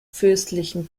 fürstlichen